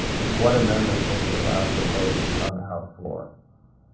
and what amendments will be allowed for votes on the house floor.